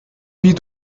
wie